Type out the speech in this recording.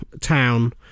town